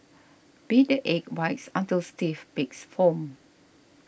beat the egg whites until stiff peaks form